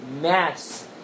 mass